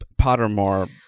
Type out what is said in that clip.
Pottermore